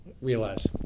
realize